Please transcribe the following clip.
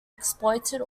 exploited